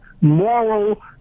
moral